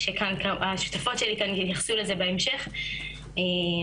שהשותפות שלי כאן יתייחסו לזה בהמשך ויגיד